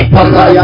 Papa